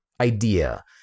idea